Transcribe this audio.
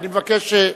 אני מבקש.